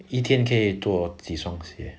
一天可以做几双鞋